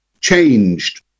changed